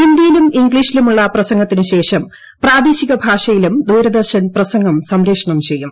ഹിന്ദിയിലും ഇംഗ്ലീഷിലുമുള്ള പ്രസംഗത്തിനു ശേഷം പ്രാദേശിക ഭാഷയിലും ദൂരദർശൻ പ്രസംഗം സംപ്രേഷണം ചെയ്യും